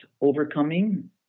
overcoming